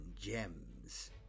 gems